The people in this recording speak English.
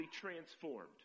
transformed